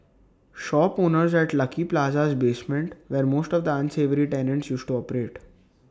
shop owners at lucky Plaza's basement where most of the unsavoury tenants used to operate